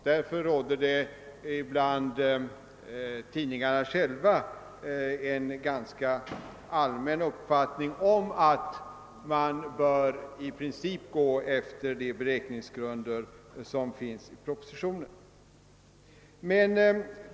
Alltså råder bland tidningarna själva en ganska allmän uppfattning att man i princip bör följa de beräkningsgrunder som anges i propositionen.